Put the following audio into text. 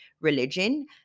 religion